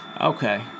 Okay